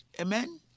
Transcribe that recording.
Amen